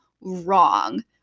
wrong